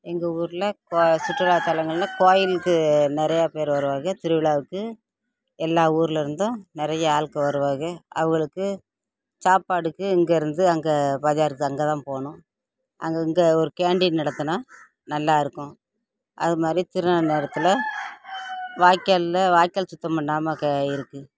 எங்கள் ஊரில் கோ சுற்றுலாத்தலங்களில் கோவிலுக்கு நிறையா பேரு வருவாங்க திருவிழாவுக்கு எல்லா ஊர்லேருந்தும் நிறைய ஆட்கள் வருவாக அவகளுக்கு சாப்பாடுக்கு இங்கேருந்து அங்கே பஜாருக்கு அங்கே தான் போகணும் அங்கே இங்கே ஒரு கேண்டீன் நடத்தினா நல்லாயிருக்கும் அது மாதிரி திருவிழா நேரத்தில் வாய்காலில் வாய்கால் சுத்தம் பண்ணாமல் க இருக்குது